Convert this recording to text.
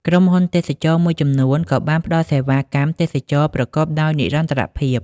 ក្រុមហ៊ុនទេសចរណ៍មួយចំនួនក៏បានផ្តល់សេវាកម្មទេសចរណ៍ប្រកបដោយនិរន្តរភាព។